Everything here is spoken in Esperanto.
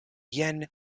jen